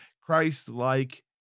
Christ-like